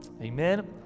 amen